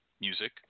music